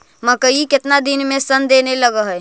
मकइ केतना दिन में शन देने लग है?